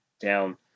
down